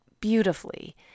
beautifully